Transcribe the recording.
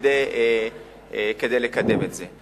כדי לקדם את זה.